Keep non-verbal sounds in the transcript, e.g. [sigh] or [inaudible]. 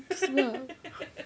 [laughs]